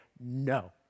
no